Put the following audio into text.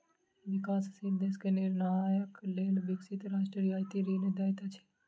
विकासशील देश के निर्माणक लेल विकसित राष्ट्र रियायती ऋण दैत अछि